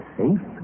safe